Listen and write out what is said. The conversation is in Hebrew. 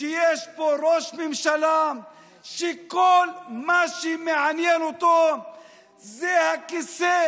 שיש פה ראש ממשלה שכל מה שמעניין אותו זה הכיסא